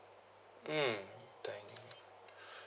mm